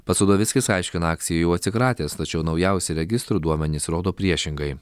pats udovickis aiškina akcijų jau atsikratęs tačiau naujausi registrų duomenys rodo priešingai